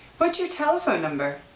but your telephone number?